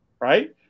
Right